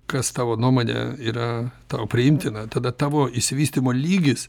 kas tavo nuomone yra tau priimtina tada tavo išsivystymo lygis